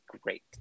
great